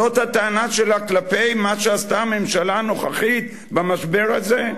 זאת הטענה שלה כלפי מה שעשתה הממשלה הנוכחית במשבר הזה?